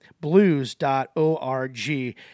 blues.org